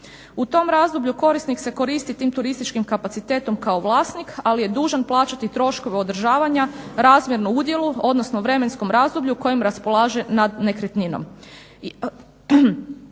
U tom razdoblju korisnik se koristi tim turističkim kapacitetom kao vlasnik, ali je dužan plaćati troškove održavanja razmjerno udjelu, odnosno vremenskom razdoblju kojim raspolaže nad nekretninom.